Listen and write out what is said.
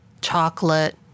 chocolate